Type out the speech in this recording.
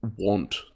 want